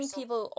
people